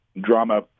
drama